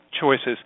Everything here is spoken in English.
choices